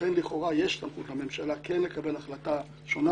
ולכן לכאורה יש סמכות לממשלה כן לקבל החלטה שונה,